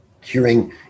hearing